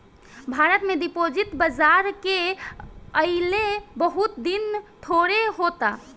भारत में डेरीवेटिव बाजार के अइले बहुत दिन थोड़े होता